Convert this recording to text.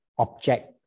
object